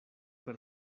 per